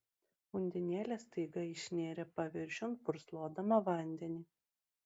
undinėlė staiga išnėrė paviršiun purslodama vandenį